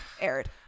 aired